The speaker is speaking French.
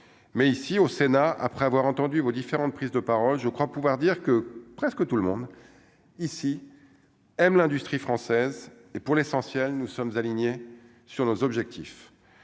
mais ici au Sénat après avoir entendu vos différentes prises de parole, je crois pouvoir dire que presque tout le monde ici M. l'industrie française et pour l'essentiel, nous sommes alignés sur nos objectifs,